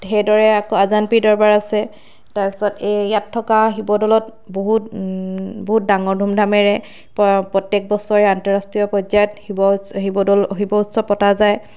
সেইদৰে আকৌ আজান পীৰ দৰবাৰ আছে তাপিছত এই ইয়াত থকা শিৱদ'লত বহুত বহুত ডাঙৰ ধুমধামেৰে প্ৰত্যেক বছৰে আন্তৰাষ্ট্ৰীয় পৰ্যায়ত শিৱ উৎসৱ শিৱদ'ল শিৱ উৎসৱ পতা যায়